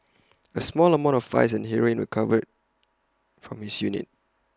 A small amount of ice and heroin were recovered from his unit